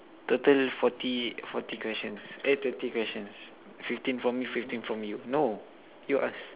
total forty forty questions eh thirty questions fifteen from me fifteen from you no you ask